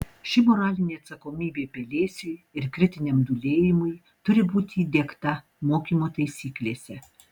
ši moralinė atsakomybė pelėsiui ir kritiniam dūlėjimui turi būti įdiegta mokymo taisyklėse